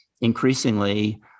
increasingly